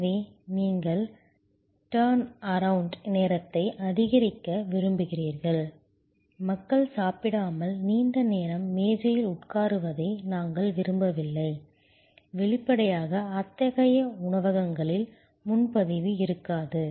எனவே நீங்கள் டர்ன்அரவுண்ட் நேரத்தை அதிகரிக்க விரும்புகிறீர்கள் மக்கள் சாப்பிடாமல் நீண்ட நேரம் மேஜையில் உட்காருவதை நாங்கள் விரும்பவில்லை வெளிப்படையாக அத்தகைய உணவகங்களில் முன்பதிவு இருக்காது